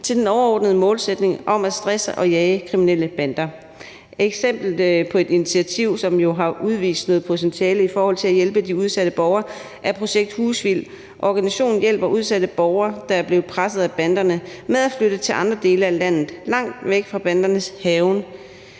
til den overordnede målsætning om at stresse og jage kriminelle bander. Et eksempel på et initiativ, som jo har vist noget potentiale i forhold til at hjælpe de udsatte borgere, er Projekt Husvild. Organisationen hjælper udsatte borgere, der er blevet presset af banderne, med at flytte til andre dele af landet, langt væk fra bandernes hærgen.